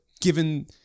given